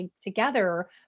together